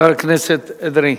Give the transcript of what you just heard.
חבר הכנסת אדרי,